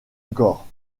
gore